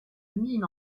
mine